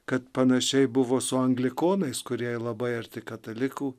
kad panašiai buvo su anglikonais kurie labai arti katalikų